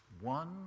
one